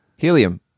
Helium